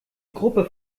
gruppe